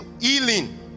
healing